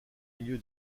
milieu